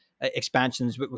expansions